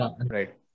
right